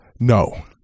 No